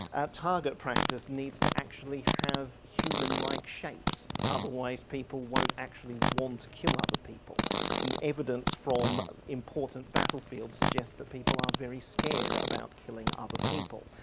target practice needs to actually have human like shapes otherwise people won't actually want to kill other people and evidence from important battlefields suggests that people are very scared about killing other people.